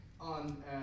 On